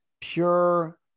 pure